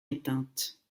éteinte